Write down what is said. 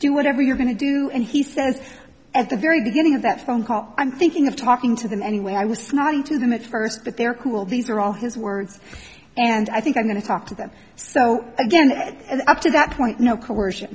do whatever you're going to do and he says at the very beginning of that phone call i'm thinking of talking to them anyway i was snoring to them at first but they're cool these are all his words and i think i'm going to talk to them so again up to that point no coerci